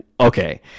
okay